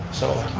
so.